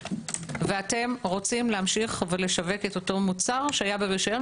ואתם רוצים להמשיך ולשווק את אותו מוצר שהיה ברשיון,